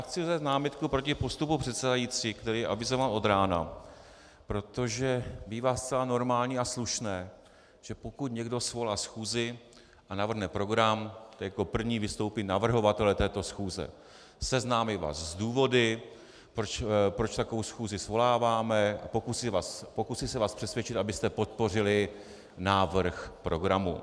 Chci vznést námitku proti postupu předsedající, který avizovala od rána, protože bývá zcela normální a slušné, že pokud někdo svolá schůzi a navrhne program, jako první vystoupí navrhovatelé této schůze, seznámí vás s důvody, proč takovou schůzi svoláváme, pokusí se vás přesvědčit, abyste podpořili návrh programu.